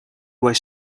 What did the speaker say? was